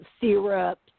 syrups